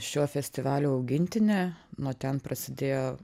šio festivalio augintinė nuo ten prasidėjo